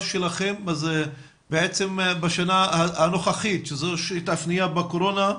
שלכם בעצם בשנה הנוכחית שהתאפיינה בקורונה,